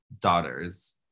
daughters